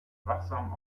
wachsam